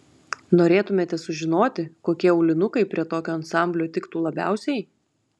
norėtumėte sužinoti kokie aulinukai prie tokio ansamblio tiktų labiausiai